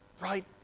right